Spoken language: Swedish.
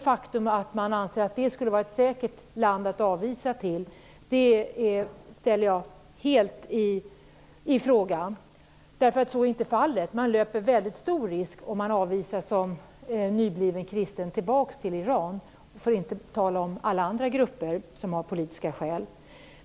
Påståendet att det skulle vara ett säkert land att avvisa till ifrågasätter jag. Så är inte fallet. Den som avvisas som nybliven kristen tillbaka till Iran löper mycket stor risk, för att inte tala om alla grupper som har politiska skäl.